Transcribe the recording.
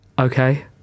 Okay